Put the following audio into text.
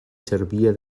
servia